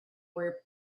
were